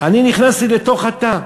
נכנסתי אל תוך התא,